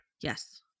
Yes